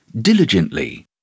diligently